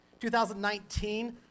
2019